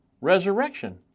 resurrection